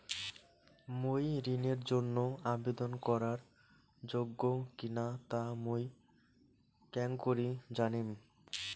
মুই ঋণের জন্য আবেদন করার যোগ্য কিনা তা মুই কেঙকরি জানিম?